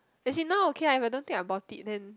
let she know okay I am don't think about it then